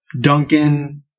Duncan